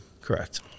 correct